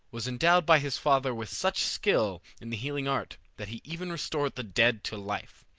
was endowed by his father with such skill in the healing art that he even restored the dead to life.